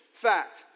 fact